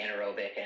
anaerobic